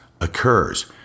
occurs